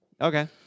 Okay